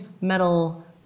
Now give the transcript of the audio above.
metal